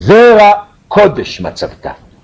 ‫זרע קודש מצבתה.